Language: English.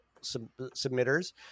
submitters